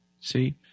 see